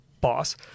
boss